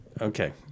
Okay